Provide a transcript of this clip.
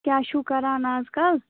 کیٛاہ چھُو کَران آز کَل